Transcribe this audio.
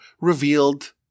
revealed